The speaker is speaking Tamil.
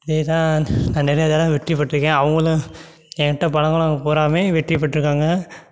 இதுதான் நான் நிறைய தடவை வெற்றிப் பெற்றிருக்கேன் அவங்களும் என் கிட்டே பழகுனவங்க பூராவுமே வெற்றிப் பெற்றிருக்காங்க